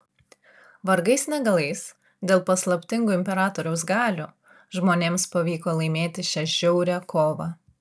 vargais negalais dėl paslaptingų imperatoriaus galių žmonėms pavyko laimėti šią žiaurią kovą